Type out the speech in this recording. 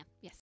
yes